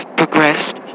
progressed